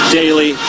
daily